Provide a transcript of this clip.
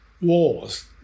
wars